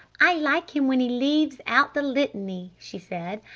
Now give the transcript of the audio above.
i like him when he leaves out the litany, she said.